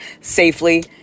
safely